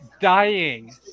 dying